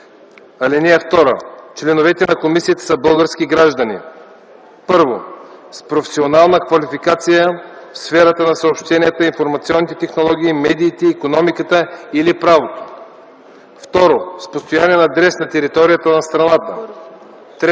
(2) Членовете на комисията са български граждани: 1. с професионална квалификация в сферата на съобщенията, информационните технологии, медиите, икономиката или правото; 2. с постоянен адрес на територията на страната; 3. неосъждани